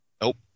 Nope